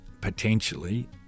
potentially